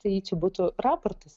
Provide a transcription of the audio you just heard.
tai čia būtų raportas